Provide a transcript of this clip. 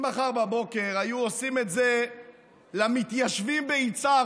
אם מחר בבוקר היו עושים את זה למתיישבים ביצהר,